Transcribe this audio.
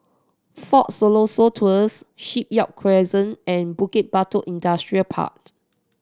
Fort Siloso Tours Shipyard Crescent and Bukit Batok Industrial Part